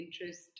interest